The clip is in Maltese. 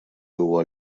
huwa